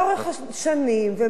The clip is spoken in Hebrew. ומי כמוך יודע,